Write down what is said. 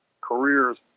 careers